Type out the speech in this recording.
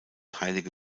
heilige